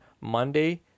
Monday